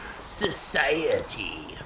Society